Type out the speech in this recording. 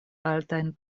altajn